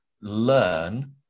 learn